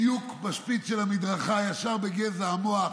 בדיוק בשפיץ של המדרכה, ישר בגזע המוח.